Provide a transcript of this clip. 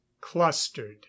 clustered